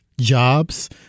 jobs